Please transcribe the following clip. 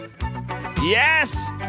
Yes